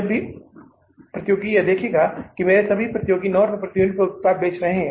जब भी प्रतियोगी यह देखेगा कि मेरे सभी प्रतियोगी 9 रुपये प्रति यूनिट पर उत्पाद बेच रहे हैं